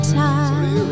time